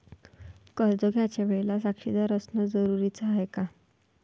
कर्ज घ्यायच्या वेळेले साक्षीदार असनं जरुरीच हाय का?